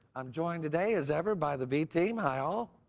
i'm joined today as ever by the v-team. hi, all.